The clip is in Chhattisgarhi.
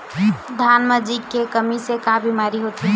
धान म जिंक के कमी से का बीमारी होथे?